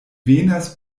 venas